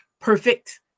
Perfect